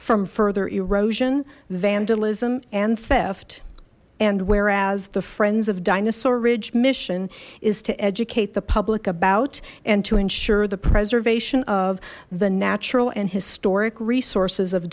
from further erosion vandalism and theft and whereas the friends of dinosaur ridge mission is to educate the public about and to ensure the preservation of the natural and historic resources of